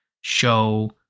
show